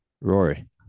Rory